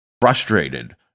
frustrated